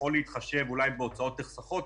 שיכול להתחשב אולי בהוצאות נחסכות,